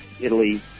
Italy